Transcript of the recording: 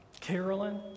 Carolyn